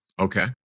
Okay